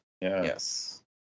Yes